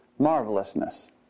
marvelousness